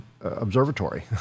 observatory